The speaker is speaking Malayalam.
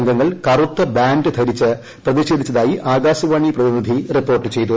അംഗങ്ങൾ കറുത്ത ബാന്റ് ധരിച്ച് പ്രതിഷേധിച്ചതായി ആകാശവാണി പ്രതിനിധി റിപ്പോർട്ട് ചെയ്തു